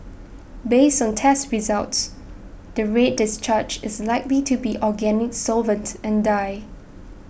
based on test results the red discharge is likely to be organic solvent and dye